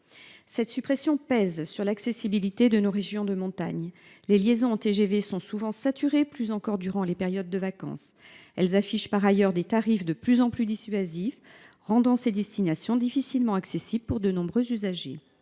Cette suppression pèse sur l’accessibilité de nos régions de montagne. Les liaisons TGV sont souvent saturées, plus encore durant les périodes de vacances. Elles affichent par ailleurs des tarifs de plus en plus dissuasifs, rendant ces destinations difficilement accessibles pour de nombreux usagers.